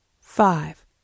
five